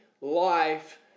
life